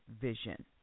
vision